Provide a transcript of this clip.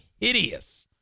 hideous